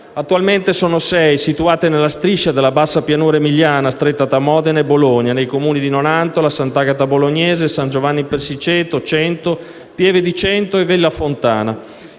Attualmente sono sei, situate nella striscia della bassa pianura emiliana stretta tra Modena e Bologna, nei Comuni di Nonantola, Sant'Agata Bolognese, San Giovanni in Persiceto, Cento, Pieve di Cento e Villa Fontana.